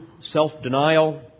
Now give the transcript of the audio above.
self-denial